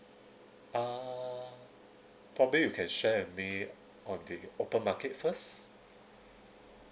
uh probably you can share with me on the open market first